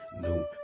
new